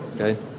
Okay